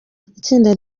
itsinda